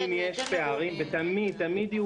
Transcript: תמיד יהיו